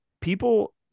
people